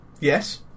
Yes